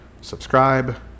Subscribe